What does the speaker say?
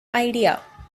idea